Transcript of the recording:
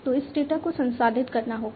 तो इस डेटा को संसाधित करना होगा